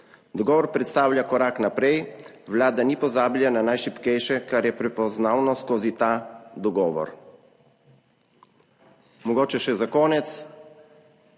Dogovor predstavlja korak naprej, vlada ni pozabila na najšibkejše, kar je prepoznavno skozi ta dogovor«.